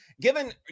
given